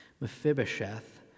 Mephibosheth